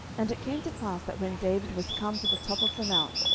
and it came to pass, that when david was come to the top of the mount,